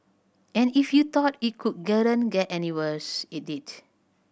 and if you thought it could any worse it did